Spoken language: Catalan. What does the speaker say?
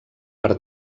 per